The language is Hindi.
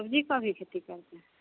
सब्जी का भी खेती करते हैं